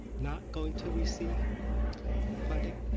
not going to receive funding?